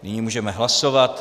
Nyní můžeme hlasovat.